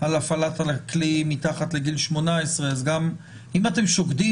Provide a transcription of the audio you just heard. על הפעלת הכלי מתחת לגיל 18. אם אתם שוקדים